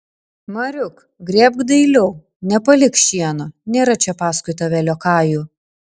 mariuk grėbk dailiau nepalik šieno nėra čia paskui tave liokajų